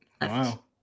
Wow